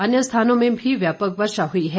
अन्य स्थानों में भी व्यापक वर्षा हुई है